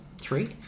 three